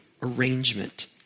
arrangement